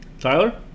Tyler